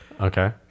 okay